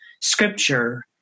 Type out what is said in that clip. scripture